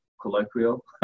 colloquial